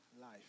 life